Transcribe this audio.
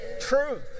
truth